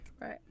Right